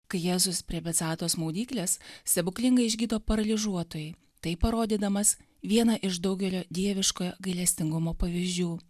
kai jėzus prie betzatos maudyklės stebuklingai išgydo paralyžiuotąjį taip parodydamas vieną iš daugelio dieviškojo gailestingumo pavyzdžių